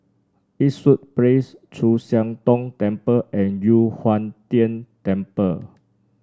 Eastwood Place Chu Siang Tong Temple and Yu Huang Tian Temple